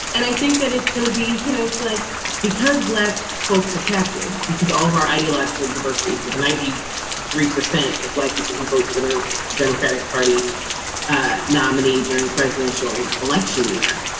and i think that it's going to be you know, it's like because black folks are captive because um of our ideological diversity. for the ninety three percent black people who vote for their democratic party ah nominee during presidential election year.